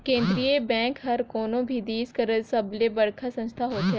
केंद्रीय बेंक हर कोनो भी देस कर सबले बड़खा संस्था होथे